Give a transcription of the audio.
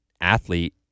athlete